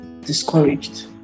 discouraged